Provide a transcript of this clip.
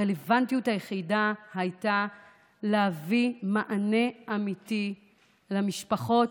הרלוונטיות היחידה הייתה להביא מענה אמיתי למשפחות,